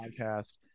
podcast